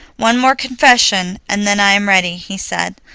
one more confession, and then i am ready, he said,